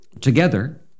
together